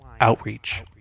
outreach